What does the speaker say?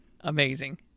Amazing